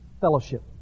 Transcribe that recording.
Fellowship